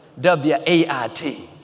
W-A-I-T